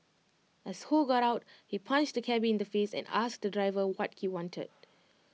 as ho got out he punched the cabby in the face and asked the driver what he wanted